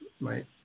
Right